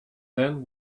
then